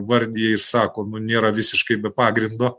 vardija ir sako nu nėra visiškai be pagrindo